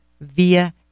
Via